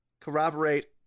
corroborate